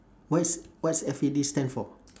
what's what's F A D stand for